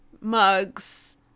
mugs